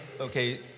okay